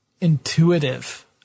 intuitive